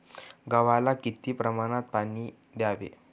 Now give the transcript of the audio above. गव्हाला किती प्रमाणात पाणी द्यावे?